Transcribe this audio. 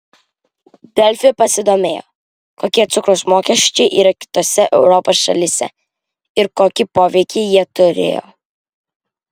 delfi pasidomėjo kokie cukraus mokesčiai yra kitose europos šalyse ir kokį poveikį jie turėjo